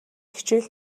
хичээл